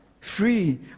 Free